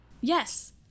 yes